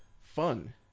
fun